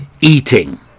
eating